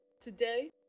Today